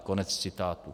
Konec citátu.